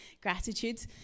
gratitude